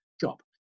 job